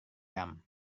jam